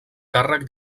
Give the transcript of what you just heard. càrrec